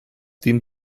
dem